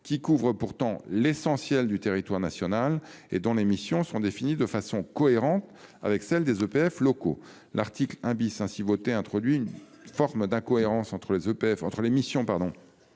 qui couvrent pourtant l'essentiel du territoire national et dont les missions sont définies de façon cohérente avec celles des EPF locaux. L'article 1 ainsi voté introduit une forme d'incohérence entre les missions